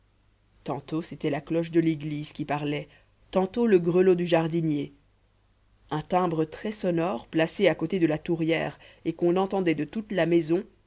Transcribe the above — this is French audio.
tantôt c'était la cloche de l'église qui parlait tantôt le grelot du jardinier un timbre très sonore placé à côté de la tourière et qu'on entendait de toute la maison